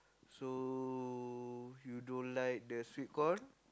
so you don't like the sweet corn